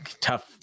tough